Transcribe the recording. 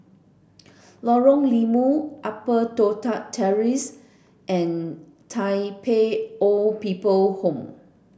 Lorong Limau Upper Toh Tuck Terrace and Tai Pei Old People Home